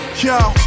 yo